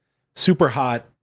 superhot,